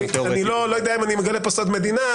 אני לא יודע אם אני מגלה כאן סוד מדינה.